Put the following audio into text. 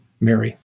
Mary